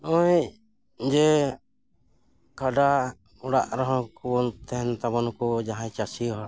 ᱱᱚᱜᱚᱭ ᱡᱮ ᱠᱟᱰᱟ ᱚᱲᱟᱜ ᱨᱮᱦᱚᱸ ᱠᱚ ᱛᱟᱦᱮᱱ ᱛᱟᱵᱚᱱᱟ ᱠᱚ ᱡᱟᱦᱟᱸᱭ ᱪᱟᱹᱥᱤ ᱦᱚᱲ